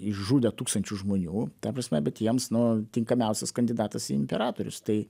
išžudė tūkstančius žmonių ta prasme bet jiems nu tinkamiausias kandidatas į imperatorius tai